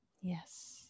yes